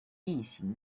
地形